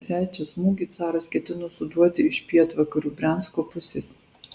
trečią smūgį caras ketino suduoti iš pietvakarių briansko pusės